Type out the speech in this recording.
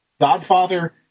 Godfather